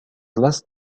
last